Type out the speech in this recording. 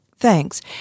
Thanks